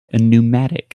pneumatic